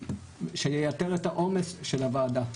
שייתר את העומס של הוועדה.